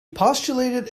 postulated